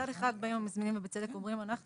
אחד באים המזמינים ובצדק אומרים שהם